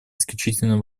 исключительно